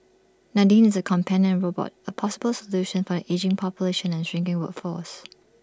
Nadine is A companion robot A possible solution for an ageing population and shrinking workforce